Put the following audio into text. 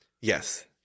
Yes